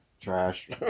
trash